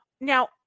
Now